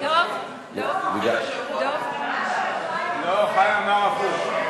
--- לא --- מה שחיים רוצה לאשר זה את הנוסח הזה.